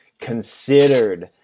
considered